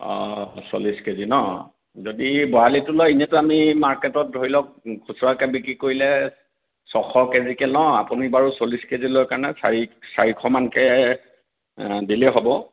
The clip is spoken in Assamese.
চল্লিছ কেজি ন যদি বৰালিটো লয় এনেইটো আমি মাৰ্কেটত ধৰি লওক খুচুৰাকৈ বিক্ৰী কৰিলে ছয়শ কেজিকে লওঁ আপুনি বাৰু চল্লিছ কেজি লয় কাৰণে চাৰি চাৰিশমানকৈ দিলে হ'ব